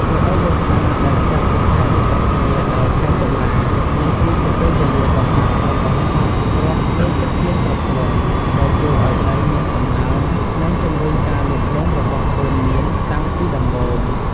រដូវវស្សា ដែលចាប់ពីខែឧសភា ដល់ ខែតុលា នេះគឺជាពេលវេលាដ៏ស័ក្តិសមបំផុត ព្រោះមានទឹកភ្លៀងគ្រប់គ្រាន់ ដែលជួយឱ្យដីមានសំណើម និងជំរុញការលូតលាស់របស់កូនមៀនតាំងពីដំបូង។